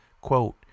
quote